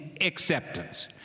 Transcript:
acceptance